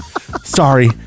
Sorry